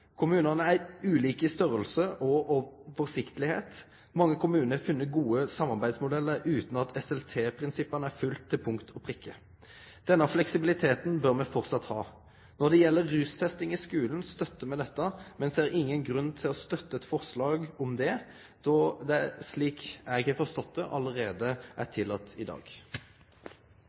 Kommunane er ulike i storleik og oversiktlegheit. Mange kommunar har funne gode samarbeidsmodellar utan at SLT-prinsippa er følgde til punkt og prikke. Denne fleksibiliteten bør me framleis ha. Når det gjeld rustesting i skulen, støttar me dette, men ser ingen grunn til å støtte eit forslag om det, då det, slik eg har forstått det, allereie er tillate i dag.